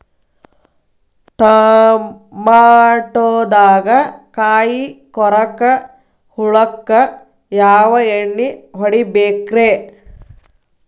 ಟಮಾಟೊದಾಗ ಕಾಯಿಕೊರಕ ಹುಳಕ್ಕ ಯಾವ ಎಣ್ಣಿ ಹೊಡಿಬೇಕ್ರೇ?